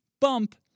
bump